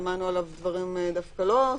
ששמענו עליו דברים לא טובים,